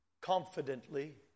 confidently